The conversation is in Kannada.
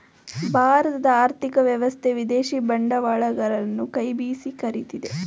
ಭಾರತದ ಆರ್ಥಿಕ ವ್ಯವಸ್ಥೆ ವಿದೇಶಿ ಬಂಡವಾಳಗರರನ್ನು ಕೈ ಬೀಸಿ ಕರಿತಿದೆ